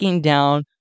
down